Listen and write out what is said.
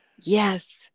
Yes